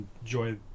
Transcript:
enjoy